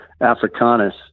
Africanus